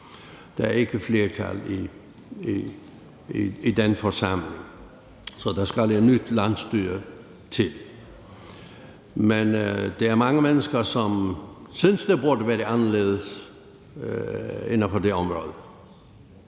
Der er ikke flertal i den forsamling, så der skal et nyt landsstyre til. Men der er mange mennesker, som synes, det burde være anderledes på det område.